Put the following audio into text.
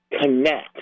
connect